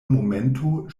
momento